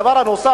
דבר נוסף,